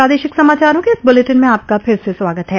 प्रादेशिक समाचारों के इस बुलेटिन में आपका फिर से स्वागत है